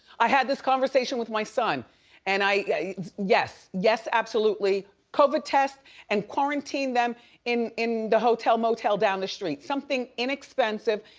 i had this conversation with my son and yes yes absolutely. covid test and quarantine them in in the hotel, motel down the street, something inexpensive.